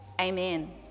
amen